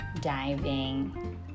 Diving